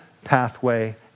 pathway